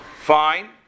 fine